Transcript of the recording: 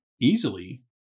easily